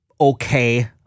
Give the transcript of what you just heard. okay